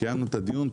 קיימנו את הדיון.